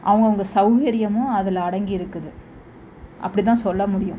அவங்கவுங்க சௌகரியமும் அதில் அடங்கியிருக்குது அப்படிதான் சொல்ல முடியும்